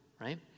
right